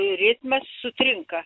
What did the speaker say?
ritmas sutrinka